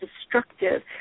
destructive